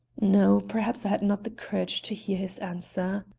no. perhaps i had not the courage to hear his answer.